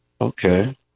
Okay